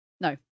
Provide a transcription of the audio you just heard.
No